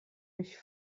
mich